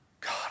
God